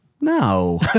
No